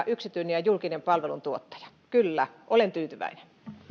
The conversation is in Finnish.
yksityinen ja julkinen palveluntuottaja ovat vertailukelpoisia kyllä olen tyytyväinen